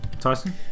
Tyson